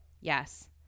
Yes